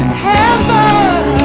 heaven